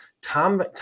Tom